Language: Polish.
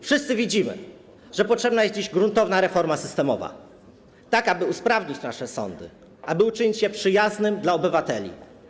Wszyscy widzimy, że potrzebna jest dziś gruntowna reforma systemowa, tak aby usprawnić nasze sądy, aby uczynić je przyjaznymi dla obywateli.